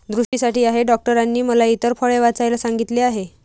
दृष्टीसाठी आहे डॉक्टरांनी मला इतर फळे वाचवायला सांगितले आहे